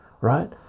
right